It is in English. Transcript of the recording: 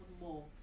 more